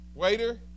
Waiter